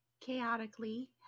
Chaotically